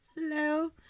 Hello